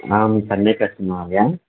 अहं सम्यक् अस्मि महोदय